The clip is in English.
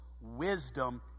wisdom